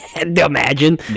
imagine